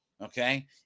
Okay